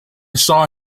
saw